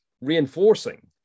reinforcing